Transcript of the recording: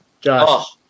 Josh